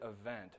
event